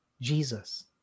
Jesus